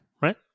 right